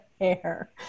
hair